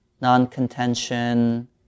non-contention